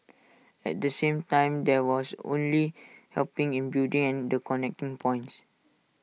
at the same time there was only helping in building and the connecting points